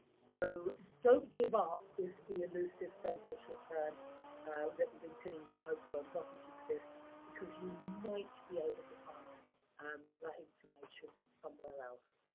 so, don't give up if the elusive census return that you've been pinning your hopes on doesn't exist because you might be able to find um that information somewhere else.